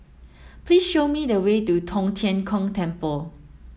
please show me the way to Tong Tien Kung Temple